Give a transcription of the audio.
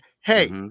Hey